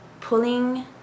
pulling